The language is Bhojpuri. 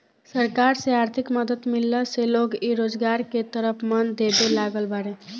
सरकार से आर्थिक मदद मिलला से लोग इ रोजगार के तरफ मन देबे लागल बाड़ें